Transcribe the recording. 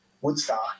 Woodstock